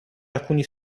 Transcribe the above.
alcuni